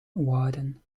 waren